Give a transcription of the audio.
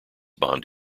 bond